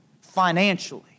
financially